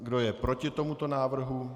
Kdo je proti tomuto návrhu?